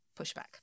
pushback